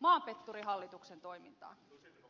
maanpetturihallituksen toimintaan